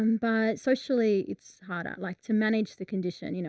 um but socially it's harder, like to manage the condition. you know,